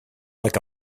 like